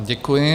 Děkuji.